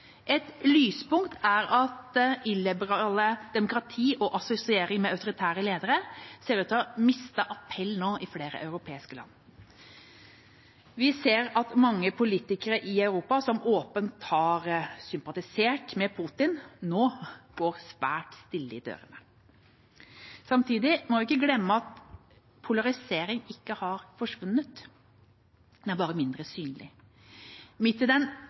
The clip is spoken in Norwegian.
Et lyspunkt er at illiberale demokrati og assosiering med autoritære ledere ser ut til å ha mistet sin appell i flere europeiske land. Vi ser at mange politikere i Europa som åpent har sympatisert med Putin, nå går svært stille i dørene. Samtidig må vi ikke glemme at polariseringen ikke har forsvunnet. Den er bare mindre synlig. Midt i den